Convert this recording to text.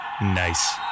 Nice